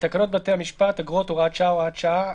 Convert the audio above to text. תקנות בתי המשפט (אגרות) (הוראת שעה) (הוראת שעה),